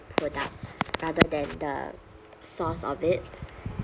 product rather than the source of it